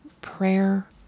prayer